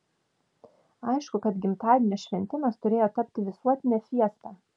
aišku kad gimtadienio šventimas turėjo tapti visuotine fiesta